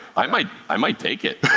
i might i might take it.